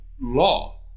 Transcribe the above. law